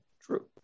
True